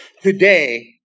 Today